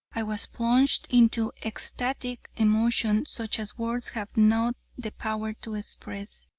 i was plunged into ecstatic emotion such as words have not the power to express.